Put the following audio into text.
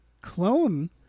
clone